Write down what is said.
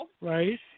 Right